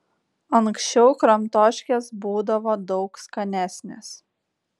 anksčiau kramtoškės būdavo daug skanesnės